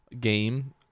game